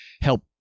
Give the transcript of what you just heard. help